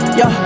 yo